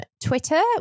Twitter